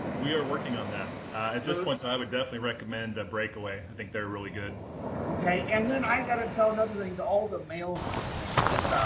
we are working on that at this one so i would definitely recommend and breakaway i think they're really good, howard okay and then i got to tell another thing to all the males listening is